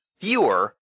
Fewer